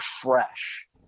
fresh